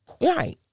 Right